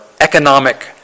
economic